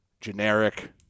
generic